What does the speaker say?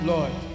Lord